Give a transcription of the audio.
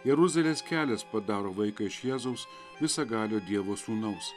jeruzalės kelias padaro vaiką iš jėzaus visagalio dievo sūnaus